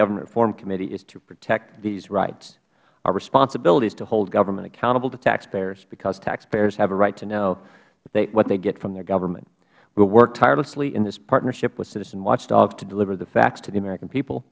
government reform committee is to protect these rights our responsibility is to hold government accountable to taxpayers because taxpayers have a right to know what they get from their government we will work tirelessly in this partnership with citizen watchdogs to deliver the facts to the american people